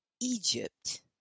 Egypt